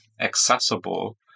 accessible